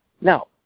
Now